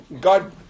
God